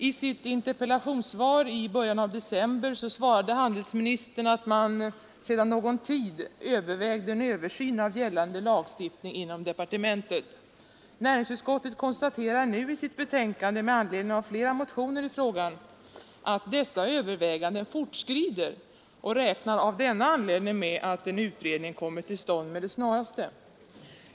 I sitt interpellationssvar i början av december svarade handelsministern att man sedan någon tid övervägde en översyn av gällande lagstiftning inom departementet. Näringsutskottet konstaterar nu i sitt betänkande med anledning av flera motioner i frågan att dessa överväganden fortskrider och räknar av denna anledning med att en ny utredning kommer till stånd med det snaraste.